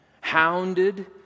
hounded